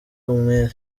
umwere